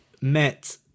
met